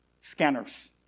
scanners